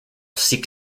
seek